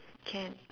can